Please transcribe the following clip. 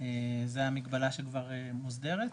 זאת המגבלה שכבר מוסדרת.